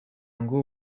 ngo